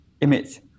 image